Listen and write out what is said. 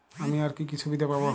আমি আর কি কি সুবিধা পাব?